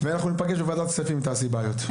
ואנחנו ניפגש בוועדת הכספים, אם תעשי בעיות.